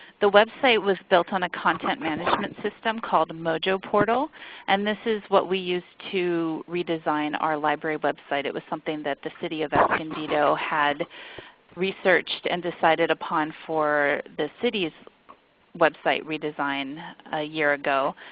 the website was built on a content management system called mojoportal and this is what we use to redesign our library website. it was something that the city of escondido had researched and decided upon for the city's website redesign a year ago.